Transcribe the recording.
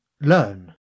Learn